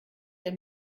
der